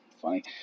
funny